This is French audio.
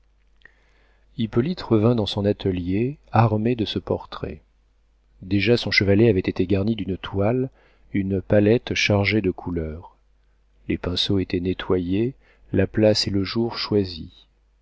hippolyte revint dans son atelier armé de ce portrait déjà son chevalet avait été garni d'une toile une palette chargée de couleurs les pinceaux étaient nettoyés la place et le jour choisi